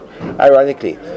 Ironically